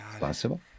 possible